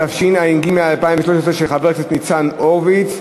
התשע"ג 2013, של חבר הכנסת ניצן הורוביץ.